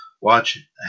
Watch